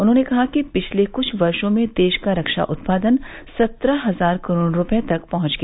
उन्होंने कहा कि पिछले कुछ वर्षो में देश का रक्षा उत्पादन सत्रह हजार करोड़ रुपये तक पहुंच गया